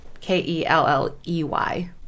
K-E-L-L-E-Y